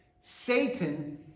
Satan